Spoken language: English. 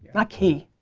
ah key,